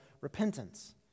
repentance